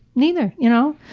neither, you know?